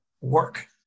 work